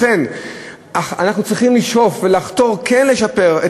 לכן אנחנו צריכים לשאוף ולחתור לשפר את